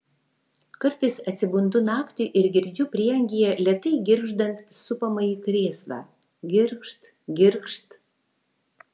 kartais atsibundu naktį ir girdžiu prieangyje lėtai girgždant supamąjį krėslą girgžt girgžt